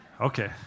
Okay